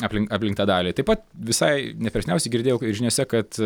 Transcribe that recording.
aplink aplink tą dalį taip pat visai ne per seniausiai girdėjau žiniose kad